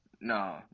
No